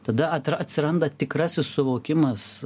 tada atsiranda tikrasis suvokimas